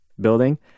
building